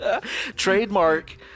Trademark